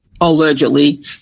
allegedly